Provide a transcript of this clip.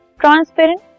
transparent